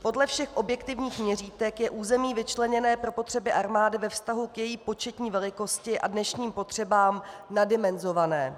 Podle všech objektivních měřítek je území vyčleněné pro potřeby armády ve vztahu k její početní velikosti a dnešním potřebám naddimenzované.